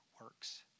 works